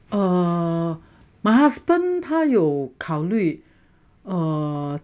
err my husband 他有考虑 err